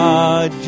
God